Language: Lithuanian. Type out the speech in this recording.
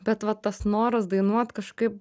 bet va tas noras dainuot kažkaip